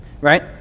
right